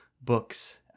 books